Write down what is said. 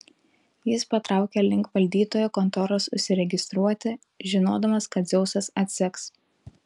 jis patraukė link valdytojo kontoros užsiregistruoti žinodamas kad dzeusas atseks